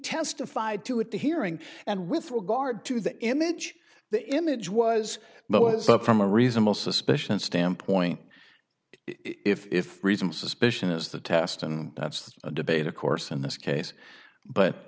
testified to at the hearing and with regard to that image the image was but was up from a reasonable suspicion standpoint if reason suspicion is the test and that's a debate of course in this case but